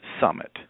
Summit